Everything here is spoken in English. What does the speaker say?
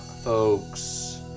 Folks